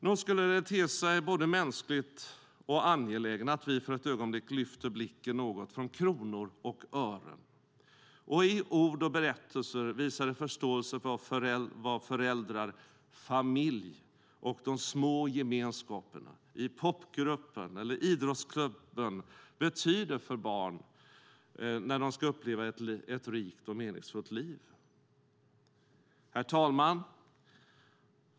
Nog skulle det te sig både mänskligt och angeläget att vi för ett ögonblick flyttar fokus något från kronor och ören och i ord och berättelser visar förståelse för vad föräldrar, familj och de små gemenskaperna, till exempel i popgruppen eller idrottsklubben, betyder för att barn ska uppleva ett rikt och meningsfullt liv! Herr talman!